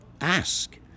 Ask